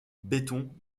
béton